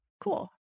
Cool